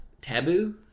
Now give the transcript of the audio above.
taboo